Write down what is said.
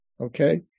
okay